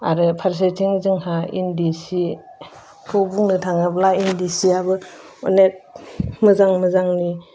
आरो फारसेथिं जोंहा इन्दि सिखौ बुंनो थाङोब्ला इन्दि सिआबो अनेक मोजां मोजांनि